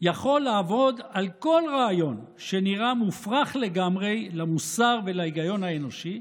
יכול לעבוד על כל רעיון שנראה מופרך לגמרי למוסר ולהיגיון האנושי,